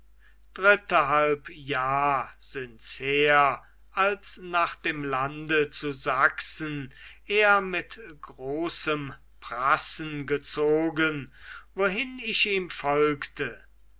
drittehalb jahr sinds her als nach dem lande zu sachsen er mit großem prassen gezogen wohin ich ihm folgte